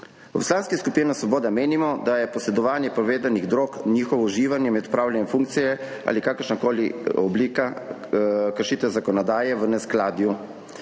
V Poslanski skupini Svoboda menimo, da je posedovanje prepovedanih drog, njihovo uživanje med opravljanjem funkcije ali kakršna koli oblika kršitve zakonodaje v neskladju.